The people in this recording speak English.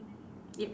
ya